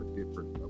different